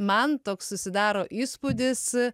man toks susidaro įspūdis